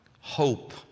hope